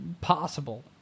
possible